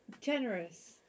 generous